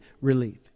relief